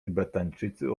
tybetańczycy